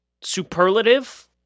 superlative